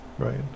right